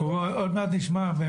עוד מעט נשמע.